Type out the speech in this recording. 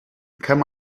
kann